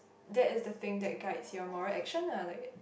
that is the thing that guides your moral action lah like